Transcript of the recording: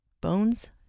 Bones